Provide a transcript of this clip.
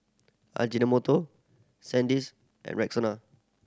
Ajinomoto Sandisk and Rexona